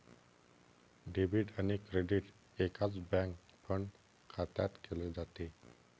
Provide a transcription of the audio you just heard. debit आणि credit एकाच bank fund खात्यात केले जाते